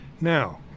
Now